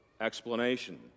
explanation